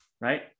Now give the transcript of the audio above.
Right